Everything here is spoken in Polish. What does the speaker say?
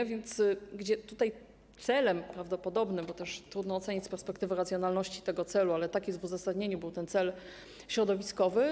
A więc tutaj celem prawdopodobnym - bo też trudno ocenić z perspektywy racjonalności tego celu, ale tak jest w uzasadnieniu - był ten cel środowiskowy.